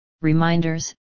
reminders